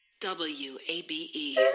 W-A-B-E